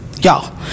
y'all